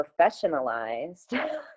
professionalized